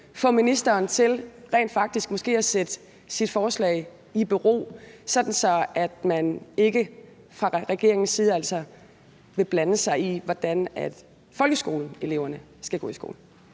få ministeren til måske rent faktisk at stille sit forslag i bero, sådan at man altså ikke fra regeringens side vil blande sig i, hvordan folkeskoleeleverne skal gå i skole?